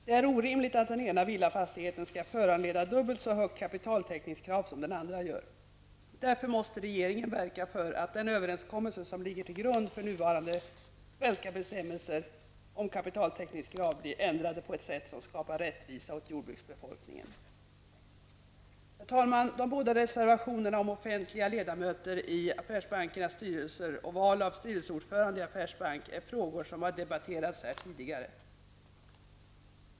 Det är orimligt att den ena villafastigheten skall föranleda dubbelt så högt kapitaltäckningskrav som den andra gör. Därför måste regeringen verka för att den överenskommelse som ligger till grund för de nuvarande svenska bestämmelserna om kapitaltäckning blir ändrade på ett sätt som skapar rättvisa åt jordbruksbefolkningen. Herr talman! De båda reservationerna om offentliga ledamöter i affärsbankernas styrelser och val av styrelseordförande i affärsbank är frågor som har debatterats här tidigare.